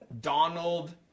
Donald